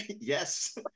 yes